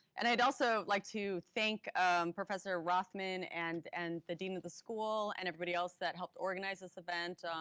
and i'd also like to thank professor rothman, and and the dean of the school and everybody else that helped organize this event.